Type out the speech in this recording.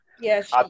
Yes